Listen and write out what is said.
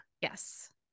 Yes